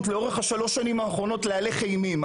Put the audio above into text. לאורך שלוש השנים האחרונות להלך אימים.